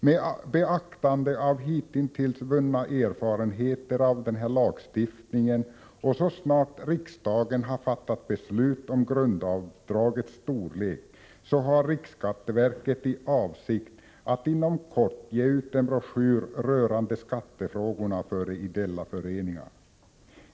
Så snart riksdagen fattat beslut om grundavdraget har riksskatteverket för avsikt att inom kort och med beaktande av hitintills vunna erfarenheter av lagstiftningen ge ut en broschyr rörande skattefrågorna för de ideella föreningarna.